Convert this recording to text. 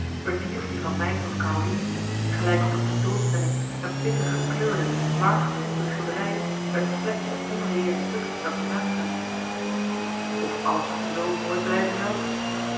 bedierf die van mij tot carolien gelijk op een tentoonstelling een pittig gekleurde waar gevoelde schilderij het fletse onreëele stuk dat er naast hangt of alles zoo mooi blijven zou